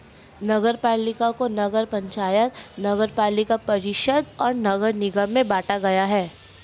नगरपालिका को नगर पंचायत, नगरपालिका परिषद और नगर निगम में बांटा गया है